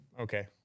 Okay